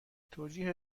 توجیه